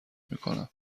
میکنم